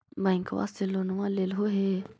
बैंकवा से लोनवा लेलहो हे?